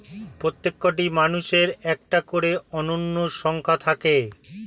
প্রত্যেকটি মানুষের একটা করে অনন্য সংখ্যা থাকে